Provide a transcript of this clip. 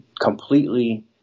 completely